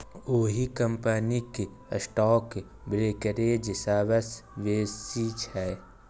ओहि कंपनीक stock brokerage सबसँ बेसी छै